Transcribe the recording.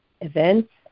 events